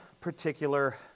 particular